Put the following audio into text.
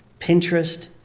Pinterest